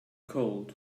cold